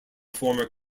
former